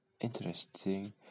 interesting